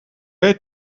jij